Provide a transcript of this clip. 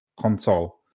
console